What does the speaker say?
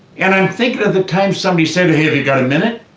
and i'm thinking of the time somebody said hey, have you got a minute?